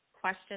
question